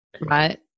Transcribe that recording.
right